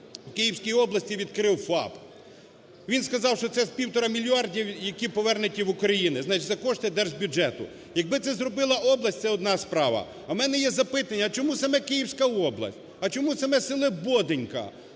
в Київській області відкрив ФАП. Він сказав, що це з півтора мільярдів, які повернуті в Україну, значить, за кошти держбюджету. Якби це зробила область – це одна справа. А у мене є запитання: а чому саме Київська область, а чому саме село Боденьки?